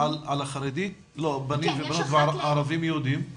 לא, בנים ובנות, אבל ערבים ויהודים?